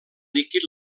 líquid